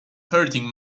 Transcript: hurting